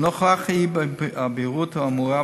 לנוכח האי-בהירות האמורה,